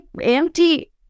empty